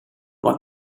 one